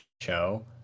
show